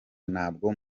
ntabwo